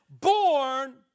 born